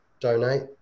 donate